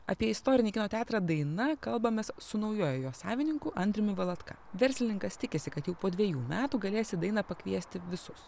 apie istorinį kino teatrą daina kalbamės su naujuoju jo savininku andriumi valatka verslininkas tikisi kad jau po dvejų metų galės į dainą pakviesti visus